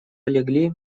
легли